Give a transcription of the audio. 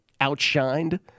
outshined